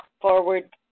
Forward